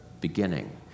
beginning